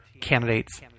candidates